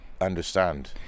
understand